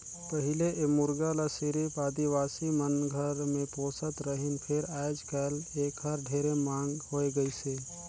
पहिले ए मुरगा ल सिरिफ आदिवासी मन घर मे पोसत रहिन फेर आयज कायल एखर ढेरे मांग होय गइसे